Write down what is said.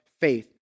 faith